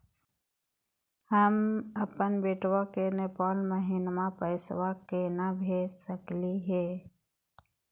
हम अपन बेटवा के नेपाल महिना पैसवा केना भेज सकली हे?